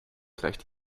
gleicht